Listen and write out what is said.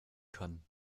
kann